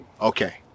Okay